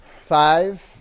Five